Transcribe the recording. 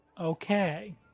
Okay